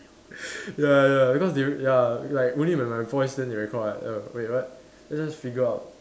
ya ya because they ya like only when my voice then they record [what] err wait what let's just figure out